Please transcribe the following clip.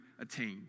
attained